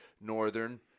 Northern